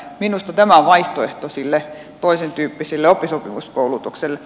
minusta tämä on vaihtoehto sille toisentyyppiselle oppisopimuskoulutukselle